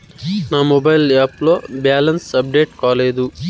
నా mobile app లో balance update కాలేదు